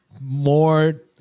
more